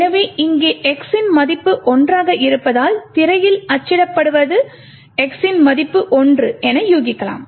எனவே இங்கே x இன் மதிப்பு ஒன்றாக இருப்பதால் திரையில் அச்சிடப்படுவது x இன் மதிப்பு 1 ஆகும் என யூகிக்கலாம்